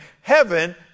heaven